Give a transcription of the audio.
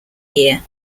year